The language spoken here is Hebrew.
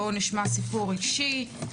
בואו נשמע סיפור רגשי.